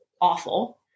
awful